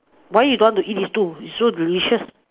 why you don't want to eat these two it's so delicious